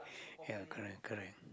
ya current current